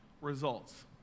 results